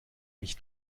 mich